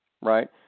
right